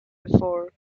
before